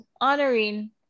honoring